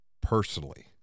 personally